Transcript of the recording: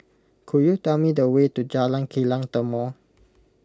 could you tell me the way to Jalan Kilang Timor